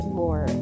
more